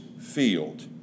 field